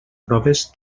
proves